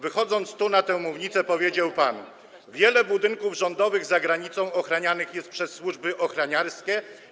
Wychodząc tu, na tę mównicę, powiedział pan: Wiele budynków rządowych za granicą ochranianych jest przez służby ochroniarskie.